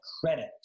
credit